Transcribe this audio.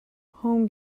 home